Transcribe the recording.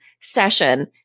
session